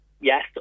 yes